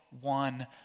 one